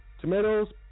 Tomatoes